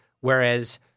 Whereas